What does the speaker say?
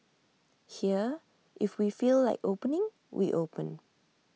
here if we feel like opening we open